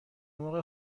مرغ